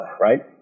right